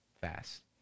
Fast